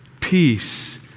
Peace